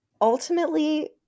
ultimately